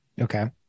Okay